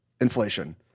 inflation